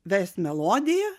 vest melodiją